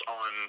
on